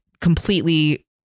completely